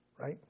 Right